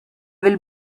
will